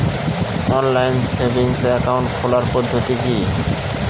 Online savings account খোলার পদ্ধতি কি?